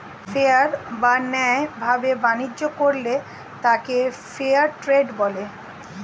fair বা ন্যায় ভাবে বাণিজ্য করলে তাকে ফেয়ার ট্রেড বলে